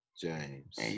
James